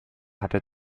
hatte